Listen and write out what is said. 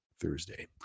Thursday